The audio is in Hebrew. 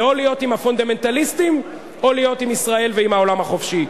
זה או להיות עם הפונדמנטליסטים או להיות עם ישראל ועם העולם החופשי,